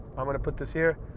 i'm going to put this here.